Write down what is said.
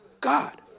God